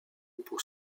pour